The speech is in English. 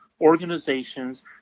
organizations